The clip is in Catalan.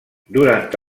durant